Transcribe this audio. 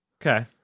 Okay